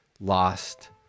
lost